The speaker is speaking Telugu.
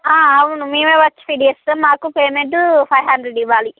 అవును మేమే వచ్చి ఫిట్ చేస్తాం మాకు పేమెంటు ఫైవ్ హండ్రెడ్ ఇవ్వాలి